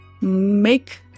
make